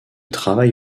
travail